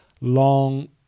long